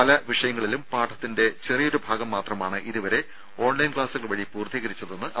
പല വിഷയങ്ങളിലും പാഠത്തിന്റെ ചെറിയൊരു ഭാഗം മാത്രമാണ് ഇതുവരെ ഓൺലൈൻ ക്ലാസുകൾ വഴി പൂർത്തീകരിച്ചതെന്ന് അവർ പറഞ്ഞു